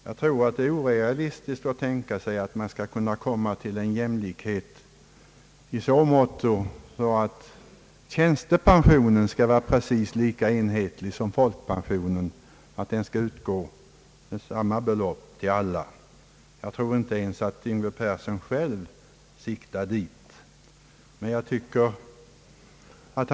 Jag tror att det är orealistiskt att tänka sig att man skall kunna komma fram till en jämlikhet i så måtto att tjänstepensionen skall vara precis lika enhetlig som folkpensionen, att den alltså skall utgå med samma belopp till alla. Jag tror inte ens att herr Yngve Persson själv siktar dit.